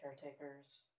caretakers